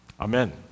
Amen